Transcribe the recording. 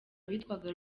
witwaga